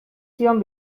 zion